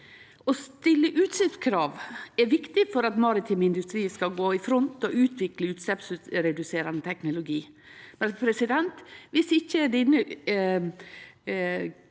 Å stille utsleppskrav er viktig for at maritim industri skal gå i front og utvikle utsleppsreduserande teknologi.